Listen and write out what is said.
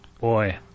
Boy